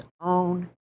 own